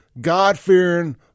God-fearing